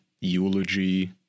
eulogy